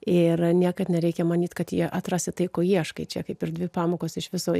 ir niekad nereikia manyt kad jie atrasi tai ko ieškai čia kaip ir dvi pamokos iš viso